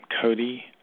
Cody